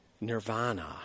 nirvana